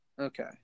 Okay